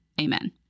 amen